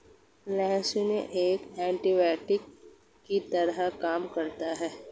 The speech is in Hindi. लहसुन एक एन्टीबायोटिक की तरह काम करता है